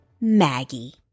Maggie